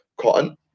Cotton